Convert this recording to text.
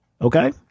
okay